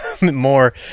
more